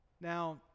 Now